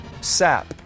sap